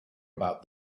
about